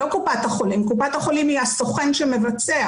לא קופת החולים כי קופת החולים היא הסוכן שמבצע.